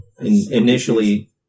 Initially